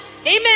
Amen